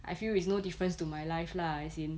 I feel is no difference to my life lah as in